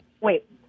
Wait